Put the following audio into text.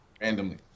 randomly